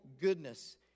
goodness